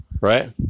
right